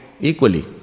equally